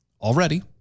already